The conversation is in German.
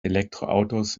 elektroautos